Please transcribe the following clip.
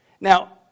Now